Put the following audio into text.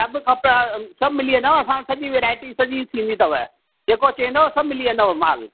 सभु खपे सभु मिली असां वटि सॼी वैराइटी सॼी थींदी थव जे को चवंदव सब मिली वेंदव माल